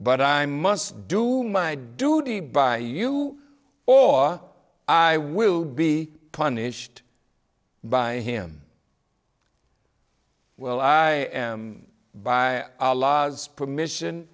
but i must do my duty by you or i will be punished by him well i am by our laws permission